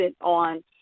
on